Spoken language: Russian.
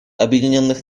объединенных